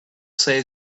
say